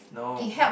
no